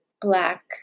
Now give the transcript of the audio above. Black